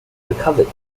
recovered